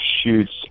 shoots